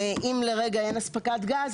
אם לרגע אין אספקת גז,